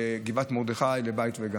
לגבעת מרדכי ולבית וגן.